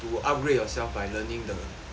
to upgrade yourself by learning the